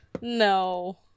No